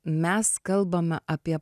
mes kalbame apie